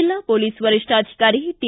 ಜಿಲ್ಲಾ ಮೊಲೀಸ್ ವರಿಷ್ಠಾಧಿಕಾರಿ ಟಿ